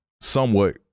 somewhat